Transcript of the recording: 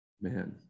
man